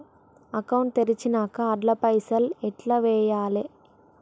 Account తెరిచినాక అండ్ల పైసల్ ఎట్ల వేయాలే?